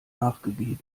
nachgegeben